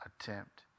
attempt